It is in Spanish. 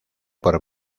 por